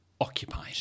occupied